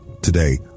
Today